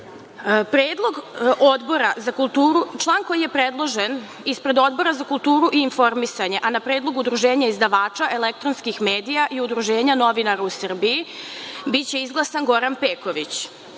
upražnjeno. Dakle, član koji je predložen ispred Odbora za kulturu i informisanje, a na predlog Udruženja izdavača elektronskih medija i udruženja novinara u Srbiji, biće izglasan Goran Peković. Kao